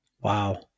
Wow